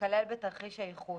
שייכלל בתרחיש הייחוס.